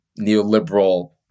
neoliberal